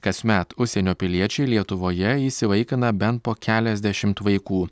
kasmet užsienio piliečiai lietuvoje įsivaikina bent po keliasdešimt vaikų